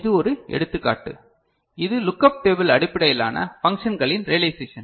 இது ஒரு எடுத்துக்காட்டு இது லுக் அப் டேபிள் அடிப்படையிலான பன்க்ஷங்களின் ரியலைசேஷன்